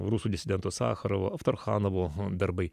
rusų disidento sacharovo aftarchanovo darbai